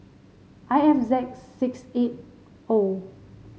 I F Z six eight O